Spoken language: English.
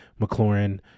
mclaurin